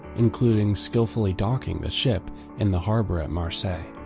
including skillfully docking the ship in the harbor at marseilles.